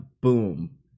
boom